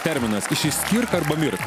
terminas išsiskirk arba mirk